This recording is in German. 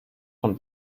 vom